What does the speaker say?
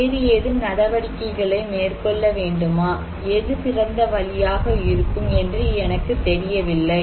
வேறு ஏதும் நடவடிக்கைகளை மேற்கொள்ள வேண்டுமா எது சிறந்த வழியாக இருக்கும் என்று எனக்கு தெரியவில்லை